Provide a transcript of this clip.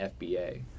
fba